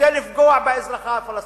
כדי לפגוע באוכלוסייה הפלסטינית.